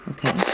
Okay